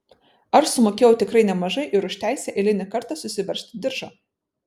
ar sumokėjau tikrai nemažai ir už teisę eilinį kartą susiveržti diržą